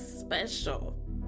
special